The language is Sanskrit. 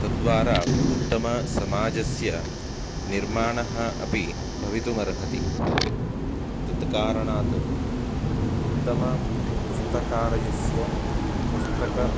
तद्वारा उत्तमसमाजस्य निर्माणः अपि भवितुमर्हति तत् कारणात् उत्तम पुस्तकालयस्य पुस्तकं